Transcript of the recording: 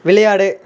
விளையாடு